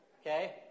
Okay